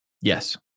Yes